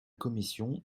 commission